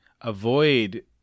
avoid